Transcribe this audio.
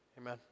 Amen